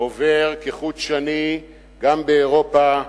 הוא עובר כחוט השני גם באירופה,